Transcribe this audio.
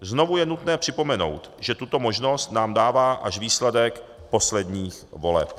Znovu je nutné připomenout, že tuto možnost nám dává až výsledek posledních voleb.